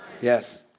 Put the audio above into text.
Yes